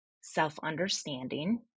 self-understanding